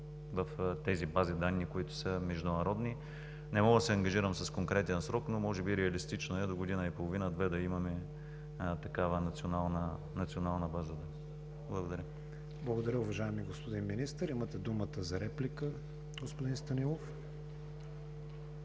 в тези бази данни, които са международни. Не мога да се ангажирам с конкретен срок, но може би реалистично е до година и половина – две, да имаме такава национална база данни. Благодаря. ПРЕДСЕДАТЕЛ КРИСТИАН ВИГЕНИН: Благодаря, уважаеми господин Министър. Имате думата за реплика, господин Станилов.